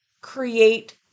create